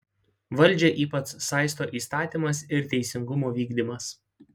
valdžią ypač saisto įstatymas ir teisingumo vykdymas